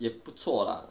也不错 lah